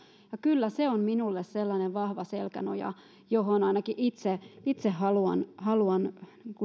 ja kyllä se on minulle sellainen vahva selkänoja johon ainakin itse haluan haluan